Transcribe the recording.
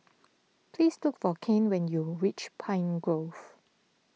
please look for Kane when you reach Pine Grove